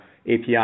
API